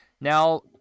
Now